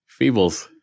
Feebles